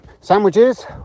Sandwiches